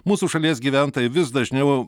mūsų šalies gyventojai vis dažniau